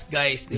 guys